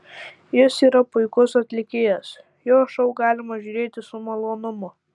jis yra puikus atlikėjas jo šou galima žiūrėti su malonumu